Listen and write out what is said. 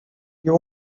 you